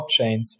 blockchains